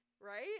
Right